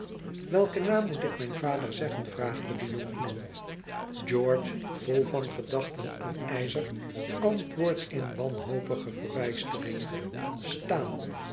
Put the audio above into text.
welken naam moet ik mijn vader zeggen vraagde de jonkman george vol van gedachten aan ijzer antwoordt in wanhopige verbijstering staal